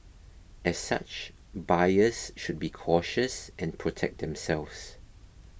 as such buyers should be cautious and protect themselves